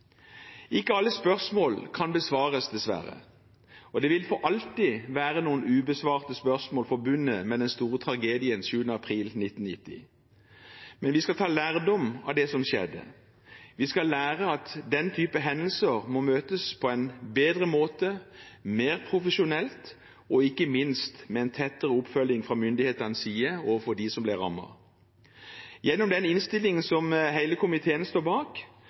Ikke alle spørsmål kan besvares, dessverre, og det vil for alltid være noen ubesvarte spørsmål forbundet med den store tragedien 7. april 1990. Men vi skal ta lærdom av det som skjedde. Vi skal lære at den type hendelser må møtes på en bedre måte, mer profesjonelt og ikke minst med en tettere oppfølging fra myndighetenes side overfor dem som ble rammet. Gjennom den innstillingen som hele komiteen står bak,